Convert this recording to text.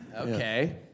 Okay